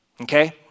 Okay